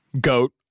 GOAT